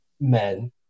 Men